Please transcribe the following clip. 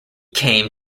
came